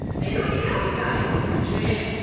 maybe we can help you guys. we can't.